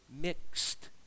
mixed